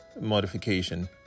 modification